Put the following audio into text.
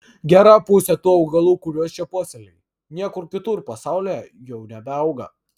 gera pusė tų augalų kuriuos čia puoselėji niekur kitur pasaulyje jau nebeauga